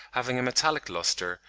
having a metallic lustre,